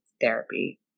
therapy